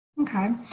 Okay